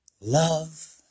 Love